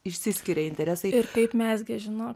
išsiskiria interesai ir kaip mezgė žino